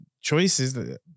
choices